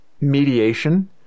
mediation